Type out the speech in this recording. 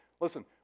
listen